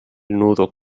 nudo